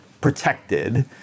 protected